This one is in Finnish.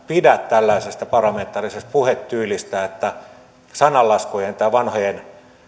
pidä tällaisesta parlamentaarisesta puhetyylistä että sananlaskujen tai vanhojen